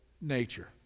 nature